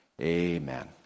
amen